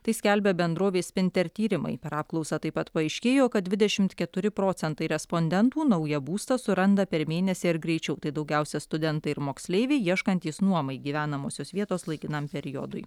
tai skelbia bendrovės spinter tyrimai per apklausą taip pat paaiškėjo kad dvidešimt keturi procentai respondentų naują būstą suranda per mėnesį ar greičiau tai daugiausia studentai ir moksleiviai ieškantys nuomai gyvenamosios vietos laikinam periodui